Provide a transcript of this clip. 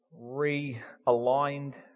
realigned